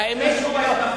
האמת היא, אין שום בעיה.